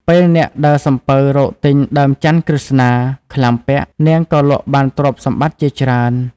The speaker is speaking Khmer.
ពេលអ្នកដើរសំពៅរកទិញដើមច័ន្ទន៍ក្រឹស្នា ក្លាំពាក់ នាងក៏លក់បានទ្រព្យសម្បត្តិជាច្រើន។